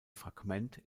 fragment